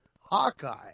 Hawkeye